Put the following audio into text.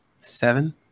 Seven